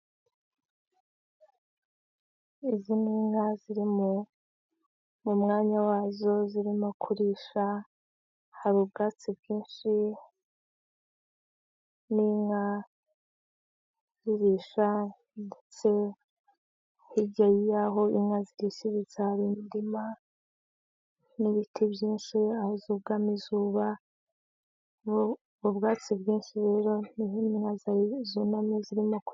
Inka ziri mu mwanya wazo zirimo kurisha ahari ubwatsi uretse imwe iri kwabira cyane kandi aho ziri hari ibiti birebire cyane.